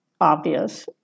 obvious